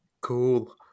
Cool